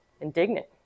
indignant